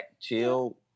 chill